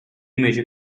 major